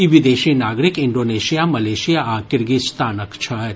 ई विदेशी नागरिक Indonesia Malaysia आ किर्गिस्तानक छथि